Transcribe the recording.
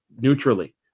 neutrally